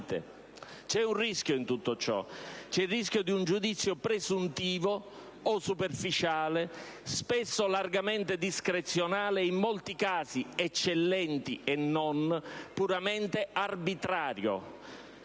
ha sentite? In tutto ciò c'è il rischio di un giudizio presuntivo o superficiale, spesso largamente discrezionale e, in molti casi - eccellenti e non - puramente arbitrario.